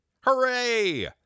Hooray